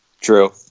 True